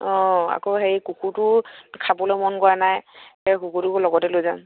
অঁ আকৌ হেৰি কুকুৰটো খাবলৈ মন কৰা নাই সেই কুকুৰটোকো লগতে লৈ যাম